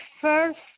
First